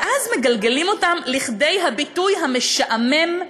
ואז מגלגלים אותן לכדי הביטוי המשעמם: